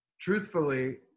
truthfully